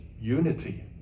unity